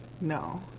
No